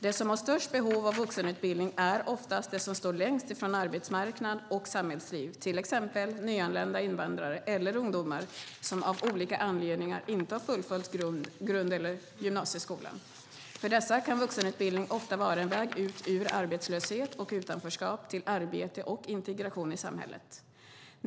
De som har störst behov av vuxenutbildning är oftast de som står längst ifrån arbetsmarknad och samhällsliv, till exempel nyanlända invandrare eller ungdomar som av olika anledningar inte har fullföljt grund eller gymnasieskolan. För dessa kan vuxenutbildning ofta vara en väg ut ur arbetslöshet och utanförskap till arbete och integration i samhället.